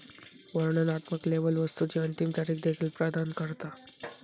वर्णनात्मक लेबल वस्तुची अंतिम तारीख देखील प्रदान करता